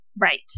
Right